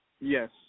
Yes